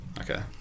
Okay